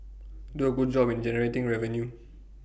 do A good job in generating revenue